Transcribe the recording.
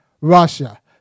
Russia